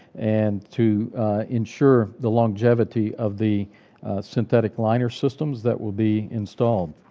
and to ensure the longevity of the synthetic liner systems that will be installed,